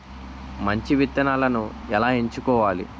మంచి విత్తనాలను ఎలా ఎంచుకోవాలి?